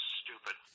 stupid